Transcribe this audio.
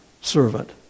servant